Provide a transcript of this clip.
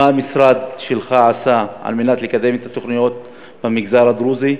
מה המשרד שלך עשה כדי לקדם את התוכניות במגזר הדרוזי?